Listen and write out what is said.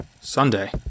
Sunday